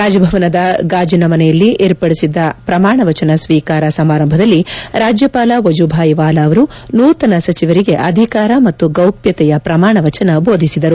ರಾಜಭವನದ ಗಾಜನಮನೆಯಲ್ಲಿ ಏರ್ಪಡಿಸಿದ್ದ ಪ್ರಮಾಣ ವಚನ ಸ್ವೀಕಾರ ಸಮಾರಂಭದಲ್ಲಿ ರಾಜ್ಯಪಾಲ ವಜುಭಾಯ್ ವಾಲಾ ಅವರು ನೂತನ ಸಚಿವರಿಗೆ ಅಧಿಕಾರ ಮತ್ತು ಗೌಪ್ಲತೆಯ ಶ್ರಮಾಣ ವಚನ ಬೋಧಿಸಿದರು